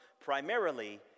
primarily